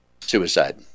Suicide